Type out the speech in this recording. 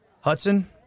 Hudson